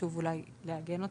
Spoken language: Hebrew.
שאולי חשוב לעגן אותה,